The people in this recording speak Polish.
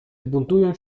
zbuntują